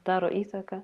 daro įtaką